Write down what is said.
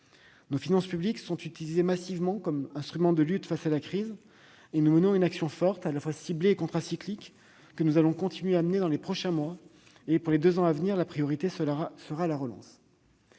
Nos finances publiques sont utilisées massivement comme instrument de lutte face à la crise. Nous menons une action forte, à la fois ciblée et contracyclique, et nous continuerons à le faire dans les prochains mois. Pour les deux ans à venir, la priorité sera la relance.